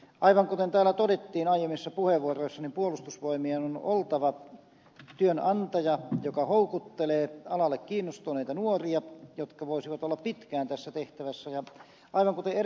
aivan kuten täällä todettiin aiemmissa puheenvuoroissa puolustusvoimien on oltava työnantaja joka houkuttelee alalle kiinnostuneita nuoria jotka voisivat olla pitkään tässä tehtävässä ja aivan kuten edellä ed